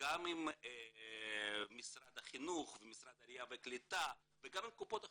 גם עם משרד החינוך ומשרד העלייה והקליטה וגם עם קופות אחרות,